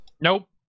Nope